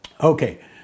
Okay